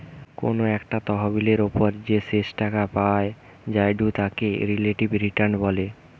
কোনো একটা তহবিলের ওপর যে শেষ টাকা পাওয়া জায়ঢু তাকে রিলেটিভ রিটার্ন বলে